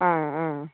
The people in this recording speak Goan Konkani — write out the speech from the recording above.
आं आं